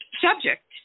subject